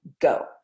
go